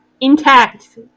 intact